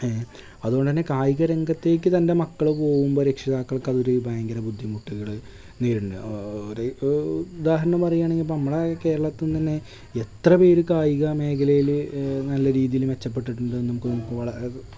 ഏ അതു കൊണ്ടു തന്നെ കായിക രംഗത്തേക്ക് തന്റെ മക്കൾ പോകുമ്പം രക്ഷിതാക്കള്ക്കതൊരു ഭയങ്കര ബുദ്ധിമുട്ടുകൾ നേരിടുന്നുണ്ട് ഒരു ഉദാഹരണം പറയാണെങ്കിലിപ്പം നമ്മുടെ കേരളത്തിൽ നിന്നു തന്നെ എത്രപേർ കായികമേഘലയിൽ നല്ല രീതിയിൽ മെച്ചപ്പെട്ടിട്ടുണ്ടെന്നു നമുക്ക് നോക്ക് വള